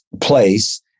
place